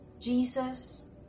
jesus